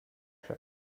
شوی